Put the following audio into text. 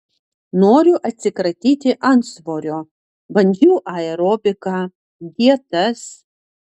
noriu atsikratyti antsvorio bandžiau aerobiką dietas